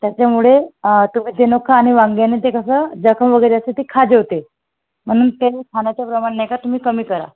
त्याच्यामुळे तुम्ही जे नको खा आणि वांग्याने ते कसं जखम वगैरे असते ते खाजवते म्हणून ते खाण्याच्या प्रमाण नाही का तुम्ही कमी करा